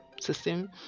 system